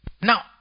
Now